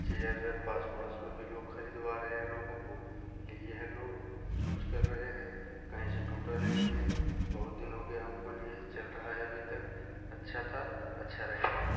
chair पास पड़ोस में भी लोग खरीदवा रहे हैं लोगो को ये हैं लोग यूज कर रहे हैं कहीं से टूटा नहीं है बहुत दिन हो गया है हमको लिए चल रहा है अभी तक अच्छा था अच्छा रहेगा